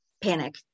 panic